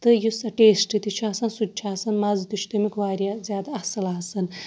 تہٕ یُس ٹیسٹ تہِ چھُ آسان سُہ تہِ چھُ آسان مَزٕ تہِ چھُ تَمیُٚک واریاہ زیادٕ اَصٕل آسان